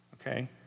okay